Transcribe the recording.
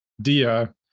dia